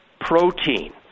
Protein